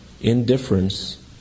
Indifference